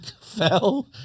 fell